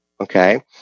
okay